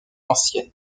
ancienne